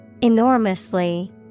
Enormously